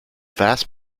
vast